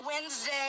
Wednesday